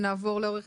הדין